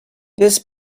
this